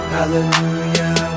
Hallelujah